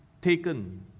taken